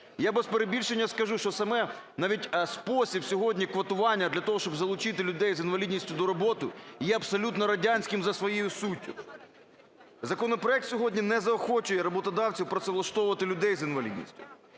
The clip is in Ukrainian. Я без перебільшення скажу, що сам навіть спосіб сьогодні квотування для того, щоб залучити людей з інвалідністю до роботи, є абсолютно радянським за своєю суттю. Законопроект сьогодні не заохочує роботодавців працевлаштовувати людей з інвалідністю.